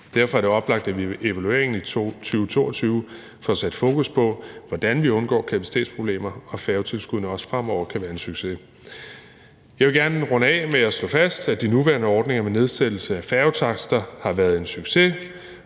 Det er derfor oplagt, at vi ved evalueringen i 2022 får sat fokus på, hvordan vi undgår kapacitetsproblemer, så færgetilskuddene også fremover kan være en succes. Jeg vil gerne runde af med at slå fast, at de nuværende ordninger med nedsættelse af færgetakster har været en succes,